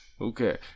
Okay